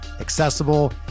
accessible